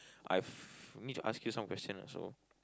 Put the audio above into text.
I've I need to ask you some question also